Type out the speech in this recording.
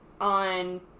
on